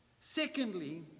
Secondly